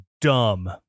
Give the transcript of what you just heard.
dumb